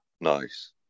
Nice